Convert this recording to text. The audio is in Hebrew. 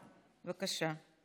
בבקשה.